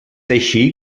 així